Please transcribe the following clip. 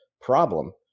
problem